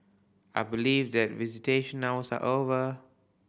I believe that visitation hours are over